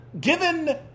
given